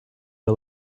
are